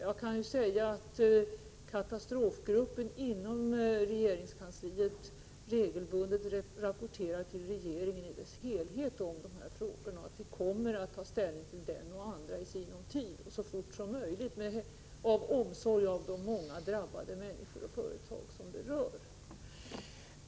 Jag kan säga att katastrofgruppen inom regeringskansliet regelbundet rapporterar till regeringen i dess helhet om de här frågorna och att vi kommer att ta ställning till dem så fort som möjligt av omsorg om de många människor och företag som drabbats.